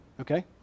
Okay